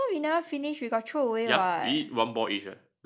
but I thought we never finished we got throw away [what]